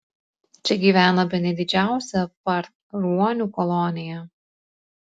čia gyvena bene didžiausia par ruonių kolonija